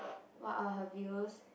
what are her views